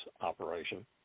operation